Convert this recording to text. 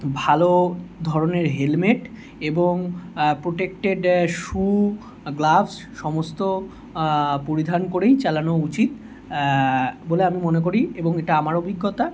ভালো ধরনের হেলমেট এবং প্রোটেক্টেড শ্যু গ্লাভস সমস্ত পরিধান করেই চালানো উচিত বলে আমি মনে করি এবং এটা আমার অভিজ্ঞতা